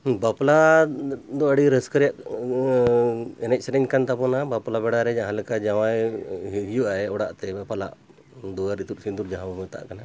ᱵᱟᱯᱞᱟ ᱫᱚ ᱟᱹᱰᱤ ᱨᱟᱹᱥᱠᱟᱹ ᱨᱮᱭᱟᱜ ᱮᱱᱮᱡ ᱥᱮᱨᱮᱧ ᱠᱟᱱ ᱛᱟᱵᱚᱱᱟ ᱵᱟᱯᱞᱟ ᱵᱮᱲᱟᱨᱮ ᱡᱟᱦᱟᱸ ᱞᱮᱠᱟ ᱡᱟᱶᱟᱭ ᱦᱤᱡᱩᱜᱼᱟᱭ ᱚᱲᱟᱜᱛᱮ ᱵᱟᱯᱞᱟᱜ ᱫᱩᱣᱟᱹᱨ ᱤᱛᱩᱫ ᱥᱤᱸᱫᱩᱨ ᱡᱟᱦᱟᱸᱵᱚᱱ ᱢᱮᱛᱟᱜ ᱠᱟᱱᱟ